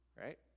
right